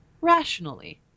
rationally